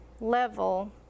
level